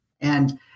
And-